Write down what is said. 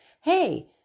hey